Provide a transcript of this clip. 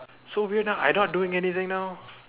so weird now I not doing anything now